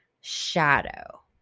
shadow